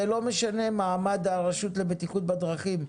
זה לא משנה מעמד הרשות לבטיחות בדרכים,